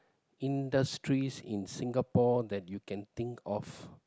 industries in Singapore that you can think of